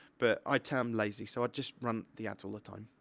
but, i term lazy, so i just run the ads all the time,